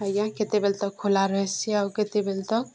ଆଜ୍ଞା କେତେବେଳେ ତ ଖୋଲା ରହିସି ଆଉ କେତେବେଳେ ତ